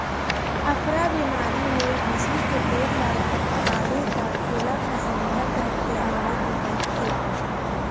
अफरा बेमारी होए पसू के पेट ल थपथपाबे त ढोलक असन ढप ढप के अवाज निकलथे